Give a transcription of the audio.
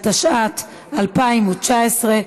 התשע"ט 2019,